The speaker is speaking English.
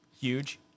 huge